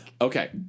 Okay